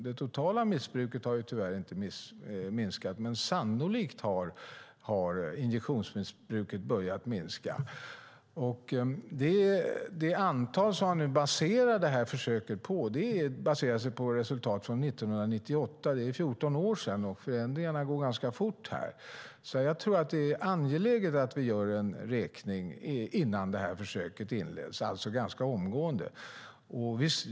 Det totala missbruket har tyvärr inte minskat, men sannolikt har injektionsmissbruket börjat minska. Det antal som man nu baserar det här försöket på är resultat från 1998. Det är 14 år sedan, och förändringarna går ganska fort. Jag tror därför att det är angeläget att vi gör en räkning innan försöket inleds, alltså ganska omgående.